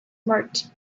marked